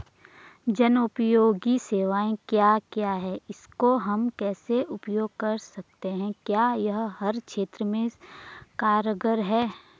जनोपयोगी सेवाएं क्या क्या हैं इसको हम कैसे उपयोग कर सकते हैं क्या यह हर क्षेत्र में कारगर है?